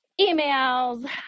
emails